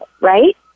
right